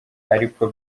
ariko